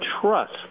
trust